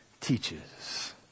teaches